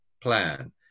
plan